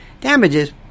Damages